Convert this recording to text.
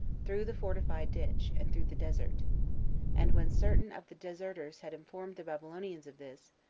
through the fortified ditch, and through the desert and when certain of the deserters had informed the babylonians of this,